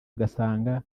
ugasanga